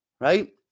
Right